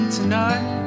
tonight